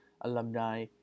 alumni